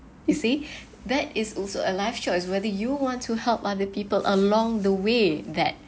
you see that is also a life choice whether you want to help other people along the way that